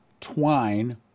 twine